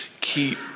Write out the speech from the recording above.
Keep